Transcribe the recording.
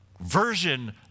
version